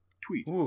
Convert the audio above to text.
Tweet